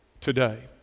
today